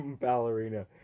Ballerina